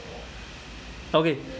okay